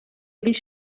roinnt